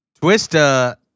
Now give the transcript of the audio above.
Twista